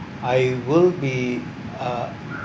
I will be uh